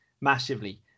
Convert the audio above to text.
massively